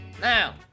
Now